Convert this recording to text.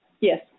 Yes